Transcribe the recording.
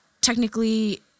technically